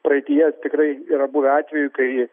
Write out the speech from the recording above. praeityje tikrai yra buvę atvejų kai